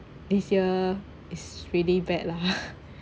this year is really bad lah